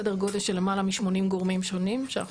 סדר גודל של למעלה מ-80 גורמים שונים שאנחנו